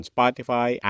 Spotify